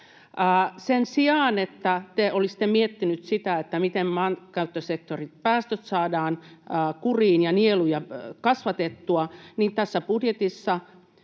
Sen sijaan, että te olisitte miettinyt sitä, miten maankäyttösektorin päästöt saadaan kuriin ja nieluja kasvatettua, niin tässä budjetissa